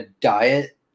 diet